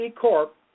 Corp